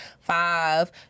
five